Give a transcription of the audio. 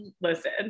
listen